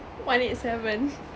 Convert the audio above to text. one eight seven